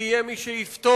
ויהיה מי שיפטור,